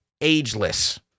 ageless